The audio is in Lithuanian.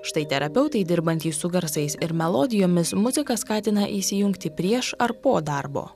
štai terapeutai dirbantys su garsais ir melodijomis muziką skatina įsijungti prieš ar po darbo